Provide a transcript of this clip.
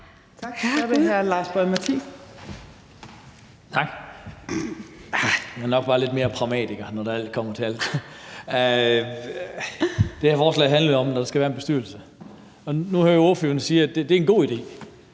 Jeg er nok bare lidt mere pragmatiker, når alt kommer til alt. Det her forslag handler jo om, at der skal være en bestyrelse, og nu hører vi ordføreren sige, at det er en god idé,